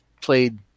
played